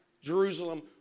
Jerusalem